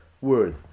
word